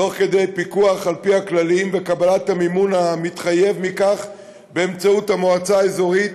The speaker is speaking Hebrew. בפיקוח על פי הכללים וקבלת המימון המתחייב מכך באמצעות המועצה האזורית